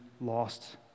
lost